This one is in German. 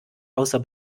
außer